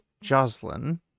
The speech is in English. Jocelyn